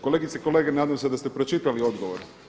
Kolegice i kolege, nadam se da ste pročitali odgovor.